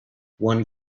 one